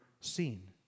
seen